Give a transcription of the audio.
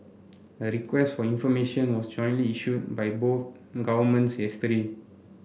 a request for information was jointly issued by both governments yesterday